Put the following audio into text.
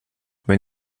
wenn